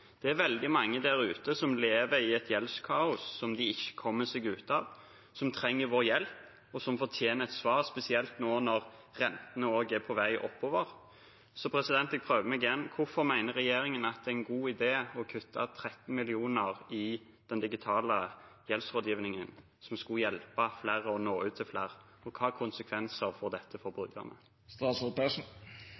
Det er veldig mange der ute som lever i et gjeldskaos som de ikke kommer seg ut av, som trenger vår hjelp, og som fortjener et svar – spesielt nå, når rentene er på vei oppover. Jeg prøver meg igjen: Hvorfor mener regjeringen at det er en god idé å kutte 13 mill. kr i den digitale gjeldsrådgivningen, som skulle hjelpe flere og nå ut til flere? Hvilke konsekvenser får dette for